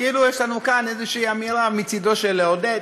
כאילו יש לנו כאן איזושהי אמירה מצדו של עודד